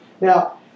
Now